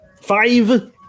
Five